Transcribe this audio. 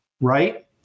right